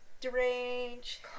deranged